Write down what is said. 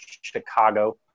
Chicago